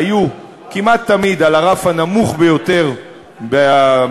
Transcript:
היו כמעט תמיד על הרף הנמוך ביותר בהבניית